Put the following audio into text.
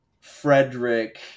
Frederick